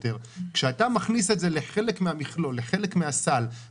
כשמשיתים את המס כחלק מהמכלול ואז הסוחרים